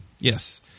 Yes